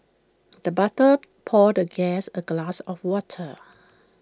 the butler poured the guest A glass of water